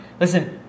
Listen